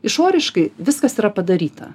išoriškai viskas yra padaryta